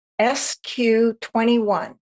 SQ21